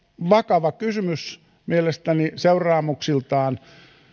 vakava kysymys mielestäni seuraamuksiltaan